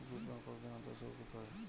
Group loan কতদিন অন্তর শোধকরতে হয়?